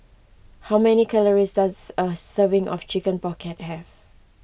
how many calories does a serving of Chicken Pocket have